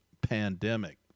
pandemic